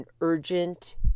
urgent